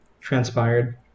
transpired